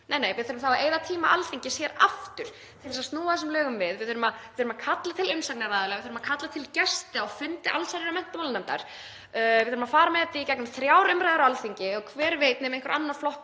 Nei, við þurfum þá að eyða tíma Alþingis hér aftur til þess að snúa þessum lögum við. Við þurfum að kalla til umsagnaraðila, við þurfum að kalla til gesti á fundi allsherjar- og menntamálanefndar. Við þurfum að fara með þetta í gegnum þrjár umræður á Alþingi og hver veit nema einhver annar flokkur